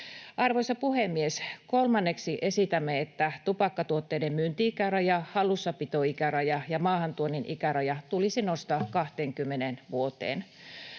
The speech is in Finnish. Arvoisa puhemies! Kolmanneksi esitämme, että tupakkatuotteiden myynti-ikäraja, hallussapitoikäraja ja maahantuonnin ikäraja tulisi nostaa 20 vuoteen.